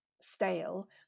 stale